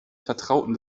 vertrauten